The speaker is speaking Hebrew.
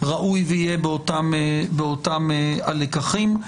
ראוי שתהיה באותם הלקחים.